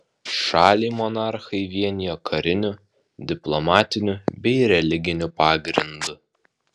šalį monarchai vienijo kariniu diplomatiniu bei religiniu pagrindu